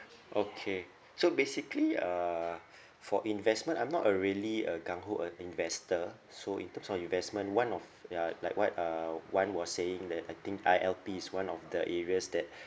okay so basically uh for investment I'm not a really a gungho uh investor so in terms of investment one of ya like what uh Wan was saying that I think I_L_P is one of the areas that